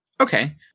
Okay